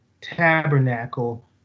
tabernacle